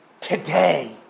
Today